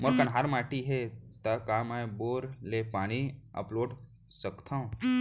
मोर कन्हार माटी हे, त का मैं बोर ले पानी अपलोड सकथव?